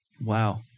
Wow